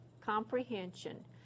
comprehension